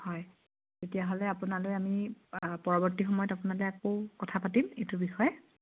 হয় তেতিয়াহ'লে আপোনালৈ আমি পৰৱৰ্তী সময়ত আপোনালে আকৌ কথা পাতিম এইটোৰ বিষয়ে